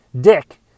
Dick